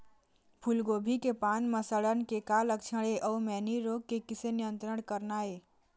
फूलगोभी के पान म सड़न के का लक्षण ये अऊ मैनी रोग के किसे नियंत्रण करना ये?